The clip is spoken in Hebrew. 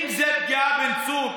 האם זו פגיעה, בן צור?